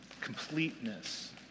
completeness